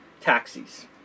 taxis